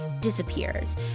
disappears